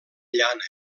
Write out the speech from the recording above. llana